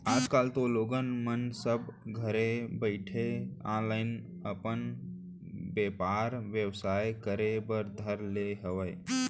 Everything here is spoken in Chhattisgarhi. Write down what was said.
आज कल तो लोगन मन सब घरे बइठे ऑनलाईन अपन बेपार बेवसाय करे बर धर ले हावय